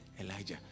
Elijah